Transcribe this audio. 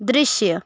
दृश्य